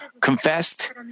confessed